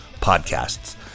podcasts